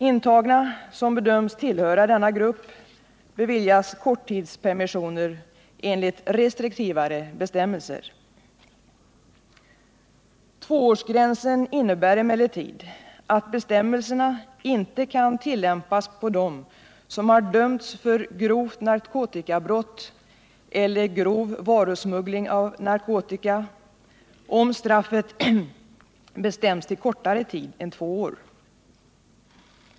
Intagna som bedöms tillhöra denna grupp beviljas korttidspermissioner enligt restriktivare bestämmelser. Tvåårsgränsen innebär emellertid att bestämmelserna inte kan tillämpas på dem som dömts för grovt narkotikabrott eller grov varusmuggling av narkotika, om straffet bestämts till kortare tid än två år.